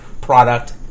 product